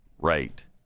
right